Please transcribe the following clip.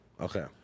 Okay